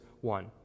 one